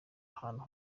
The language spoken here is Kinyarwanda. ahantu